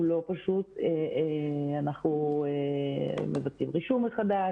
אנחנו מבצעים רישום מחדש,